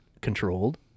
controlled